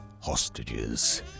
hostages